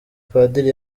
padiri